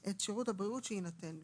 את שירות הבריאות שיינתן לו,